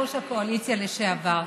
יושב-ראש הקואליציה לשעבר,